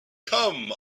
come